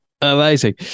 Amazing